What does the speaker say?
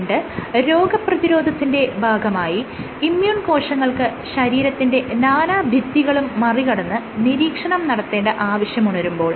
രണ്ട് രോഗപ്രതിരോധത്തിന്റെ ഭാഗമായി ഇമ്മ്യൂൺ കോശങ്ങൾക്ക് ശരീരത്തിന്റെ നാനാഭിത്തികളും മറികടന്ന് നിരീക്ഷണം നടത്തേണ്ട ആവശ്യം ഉണരുമ്പോൾ